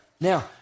Now